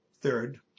Third